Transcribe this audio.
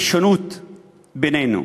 יש שונות בינינו,